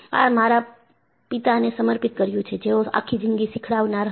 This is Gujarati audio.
આ મારા પિતાને સમર્પિત કર્યું છે જેઓ આખી જિંદગી શીખડાવનારા હતા